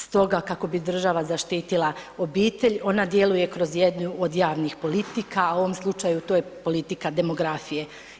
Stoga kako bi država zaštitila obitelj ona djeluje kroz jednu od javnih politika, a u ovom slučaju to je politika demografije.